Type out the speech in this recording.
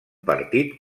partit